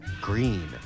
green